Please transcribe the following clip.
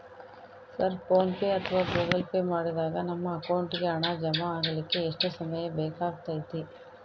Sir PhonePe ಅಥವಾ Google Pay ಮಾಡಿದಾಗ ನಮ್ಮ ಅಕೌಂಟಿಗೆ ಹಣ ಜಮಾ ಆಗಲಿಕ್ಕೆ ಎಷ್ಟು ಸಮಯ ಬೇಕಾಗತೈತಿ?